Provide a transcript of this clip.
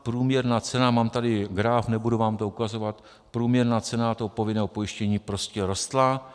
Průměrná cena, mám tady graf, nebudu vám to ukazovat, průměrná cena toho povinného pojištění prostě rostla.